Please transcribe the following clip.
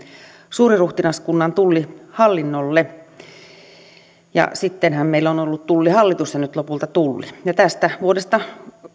suuriruhtinaskunnan tullihallinnolle sittenhän meillä on ollut tullihallitus ja nyt lopulta tulli tästä vuodesta